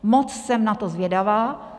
Moc jsem na to zvědavá.